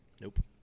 Nope